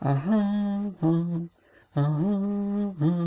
aha-a aha-a